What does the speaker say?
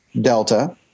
delta